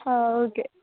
okay